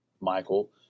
Michael